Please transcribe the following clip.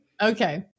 Okay